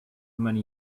many